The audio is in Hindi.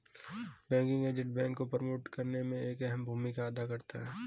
बैंकिंग एजेंट बैंक को प्रमोट करने में एक अहम भूमिका अदा करता है